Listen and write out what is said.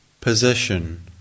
position